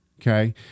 Okay